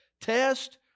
test